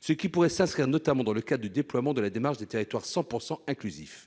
ce qui pourrait s'inscrire notamment dans le cadre du déploiement de la démarche des territoires 100 % inclusifs.